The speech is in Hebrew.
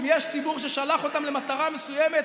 ואם יש ציבור ששלח אותם למטרה מסוימת,